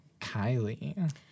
Kylie